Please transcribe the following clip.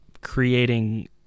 creating